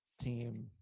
team